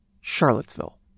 Charlottesville